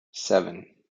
seven